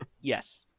Yes